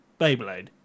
Beyblade